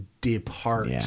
depart